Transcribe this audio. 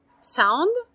sound